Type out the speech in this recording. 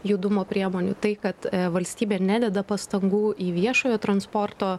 judumo priemonių tai kad valstybė nededa pastangų į viešojo transporto